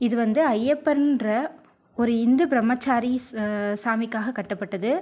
இது வந்து ஐயப்பன்ற ஒரு இந்து பிரம்மச்சாரி சாமிக்காக கட்டப்பட்டது